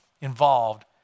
involved